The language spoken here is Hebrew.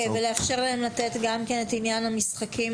ולאפשר להם לתת גם את עניין המשחקים.